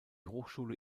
hochschule